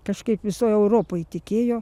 kažkaip visoj europoj tikėjo